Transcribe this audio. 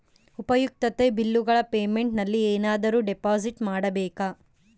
ಉಪಯುಕ್ತತೆ ಬಿಲ್ಲುಗಳ ಪೇಮೆಂಟ್ ನಲ್ಲಿ ಏನಾದರೂ ಡಿಪಾಸಿಟ್ ಮಾಡಬೇಕಾ?